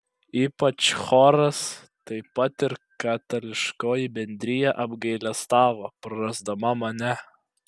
ypač choras taip pat ir katalikiškoji bendrija apgailestavo prarasdama mane